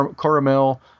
caramel